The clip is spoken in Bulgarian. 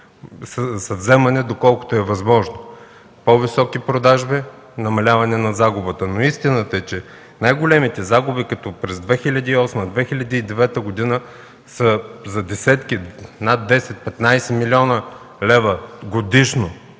съвзема, доколкото е възможно – по-високи продажби, намаляване на загубите. Но истината е, че най-големите загуби, като през 2008, 2009 г., са над 10-15 млн. лв. годишно.